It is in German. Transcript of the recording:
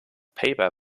paper